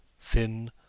thin